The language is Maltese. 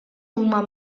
huma